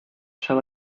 shall